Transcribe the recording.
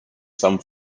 some